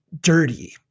dirty